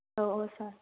औ औ सार